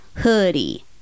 hoodie